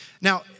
Now